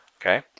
Okay